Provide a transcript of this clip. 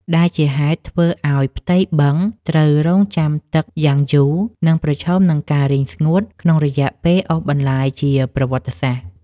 ដែលជាហេតុធ្វើឱ្យផ្ទៃបឹងត្រូវរង់ចាំទឹកយ៉ាងយូរ និងប្រឈមនឹងការរីងស្ងួតក្នុងរយៈពេលអូសបន្លាយជាប្រវត្តិសាស្ត្រ។